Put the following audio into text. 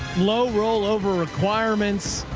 low roll over requirements.